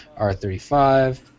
R35